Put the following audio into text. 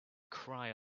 cry